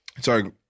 sorry